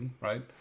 right